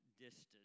distance